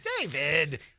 David